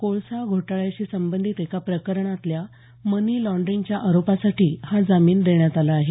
कोळसा घोटाळ्याशी संबंधित एका प्रकरणातल्या मनी लाँड्रिंगच्या आरोपासाठी हा जामीन देण्यात आला आहे